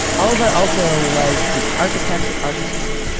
alvar aalto was an architect's architect,